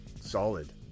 solid